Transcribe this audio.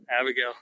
Abigail